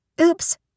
Oops